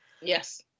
yes